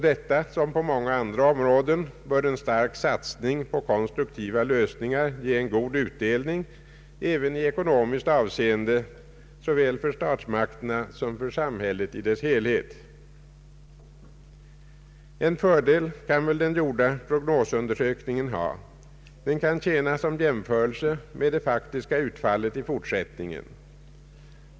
Liksom på många andra områden torde en stark satsning på konstruktiva lösningar kunna ge god utdelning även i ekonomiskt avseende såväl för statsmakterna som för samhället i dess helhet. En fördel kan den gjorda prognosundersökningen ha. Den kan tjäna såsom material vid en jämförelse med det faktiska utfallet i fortsättningen.